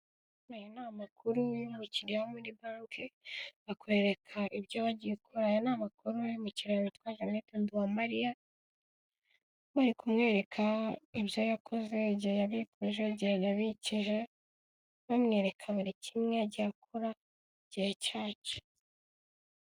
Aya ni amakuru ni y'umukiriya wo muri banki, akwereka ibyo bagiye gukora, aya ni amakuru yo mu kiriya witwa Janete Nduwamariya, bari kumwereka ibyo yakoze igihe yabikuje igihe yabikije, bamwereka buri kimwe yagiye akora igihe cyacyo.